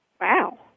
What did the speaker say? Wow